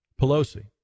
Pelosi